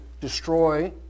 destroy